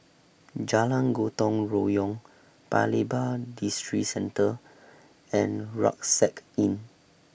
Jalan Gotong Royong Paya Lebar Districentre and Rucksack Inn